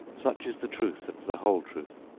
such is the truth and the whole truth.